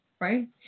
right